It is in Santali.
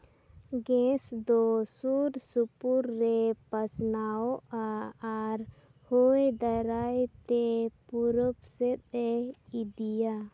ᱜᱮᱥ ᱫᱚ ᱥᱩᱨ ᱥᱩᱯᱩᱨ ᱨᱮ ᱯᱟᱥᱱᱟᱣᱚᱜᱼᱟ ᱟᱨ ᱦᱩᱭ ᱫᱟᱨᱟᱭ ᱛᱮ ᱯᱩᱨᱩᱵ ᱥᱮᱫᱮ ᱤᱫᱤᱭᱟ